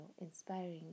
inspiring